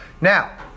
Now